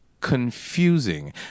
confusing